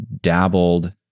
dabbled